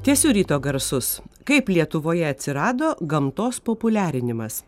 tęsiu ryto garsus kaip lietuvoje atsirado gamtos populiarinimas